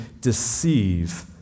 deceive